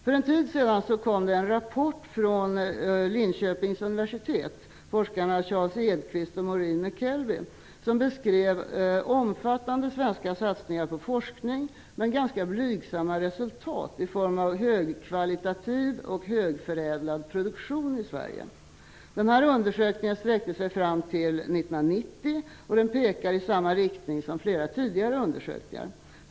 För en tid sedan kom det en rapport från Maureen MacKelvey beskrev omfattande svenska satsningar på forskning men ganska blygsamma resultat i form av högkvalitativ och högförädlad produktion i Sverige. Den här undersökningen sträcker sig fram till 1990, och den pekar i samma riktning som flera tidigare undersökningar.